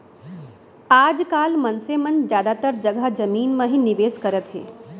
आज काल मनसे मन जादातर जघा जमीन म ही निवेस करत हे